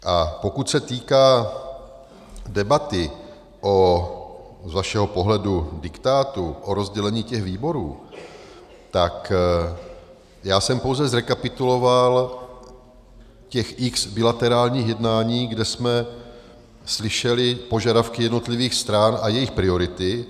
A pokud se týká debaty o z vašeho pohledu diktátu o rozdělení těch výborů, tak já jsem pouze zrekapituloval těch x bilaterálních jednání, kde jsme slyšeli požadavky jednotlivých stran a jejich priority.